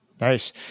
Nice